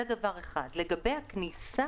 לגבי הכניסה